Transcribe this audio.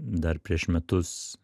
dar prieš metus